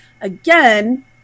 again